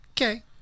okay